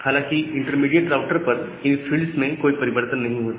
हालांकि intermediate router पर इन फील्ड्स में कोई परिवर्तन नहीं होता